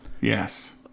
Yes